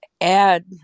add